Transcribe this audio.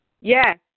Yes